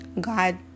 God